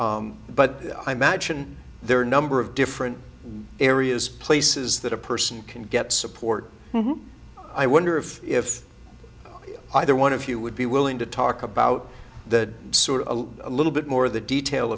but i imagine there are a number of different areas places that a person can get support i wonder of if either one of you would be willing to talk about that sort a little bit more the detail